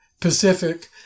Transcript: Pacific